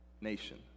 Nation